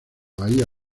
bahía